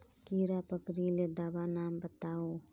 कीड़ा पकरिले दाबा नाम बाताउ?